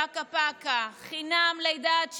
פקה-פקה, חינם לידה עד שלוש,